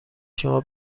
شما